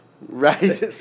right